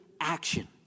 action